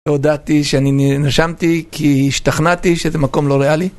והודעתי שאני נשמתי כי השתכנעתי שזה מקום לא ריאלי